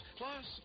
plus